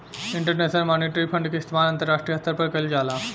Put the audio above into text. international monetary fund के इस्तमाल अंतरराष्ट्रीय स्तर पर कईल जाला